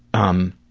um,